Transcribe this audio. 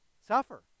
suffer